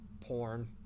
porn